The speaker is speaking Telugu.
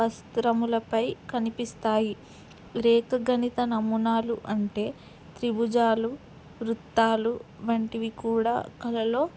వస్త్రములపై కనిపిస్తాయి రేఖాగణిత నమూనాలు అంటే త్రిభుజాలు వృత్తాలు వంటివి కూడా కళలో